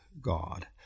God